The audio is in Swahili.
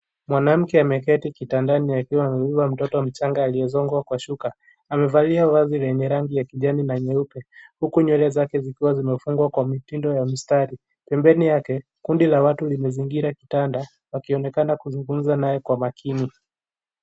Mwanamke ameketi kwenye kitandani akiwa amebeba mtoto mchanga aliefungwa kwa shuka amevalia vazi lenye rangi ya kijani na nyeupe huku nywele zikiwa zimefungwa kwa mtindo ya mstari. Pembeni yake kundi la watu limezingira kitanda wakionekana kuzungumuza nae kwa makini.